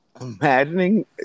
Imagining